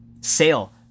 Sale